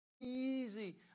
easy